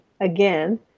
again